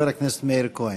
חבר הכנסת מאיר כהן.